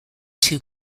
two